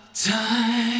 time